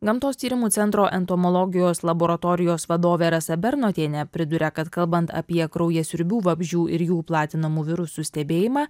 gamtos tyrimų centro entomologijos laboratorijos vadovė rasa bernotienė priduria kad kalbant apie kraujasiurbių vabzdžių ir jų platinamų virusų stebėjimą